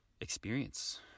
experience